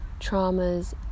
traumas